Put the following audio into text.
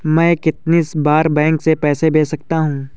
मैं कितनी बार बैंक से पैसे भेज सकता हूँ?